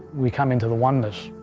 we come into the oneness.